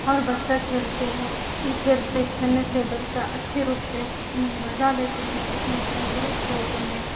ہر بچہ کھیلتے ہیں ای کھیل سے کھیلنے سے بچہ اچھے روپ سے مزہ لیتے ہیں اس میں تندرست ہوتے ہیں